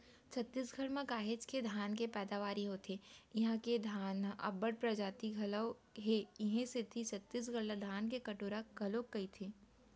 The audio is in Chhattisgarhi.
छत्तीसगढ़ म काहेच के धान के पैदावारी होथे इहां धान के अब्बड़ परजाति घलौ हे इहीं सेती छत्तीसगढ़ ला धान के कटोरा घलोक कइथें